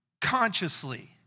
consciously